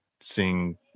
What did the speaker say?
seeing